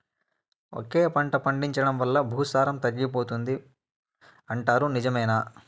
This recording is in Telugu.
ఒకే పంట పండించడం వల్ల భూసారం తగ్గిపోతుంది పోతుంది అంటారు నిజమేనా